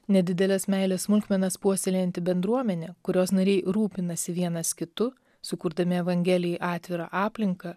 nedideles meilės smulkmenas puoselėjanti bendruomenė kurios nariai rūpinasi vienas kitu sukurdami evangelijai atvirą aplinką